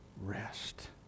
rest